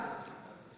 תודה.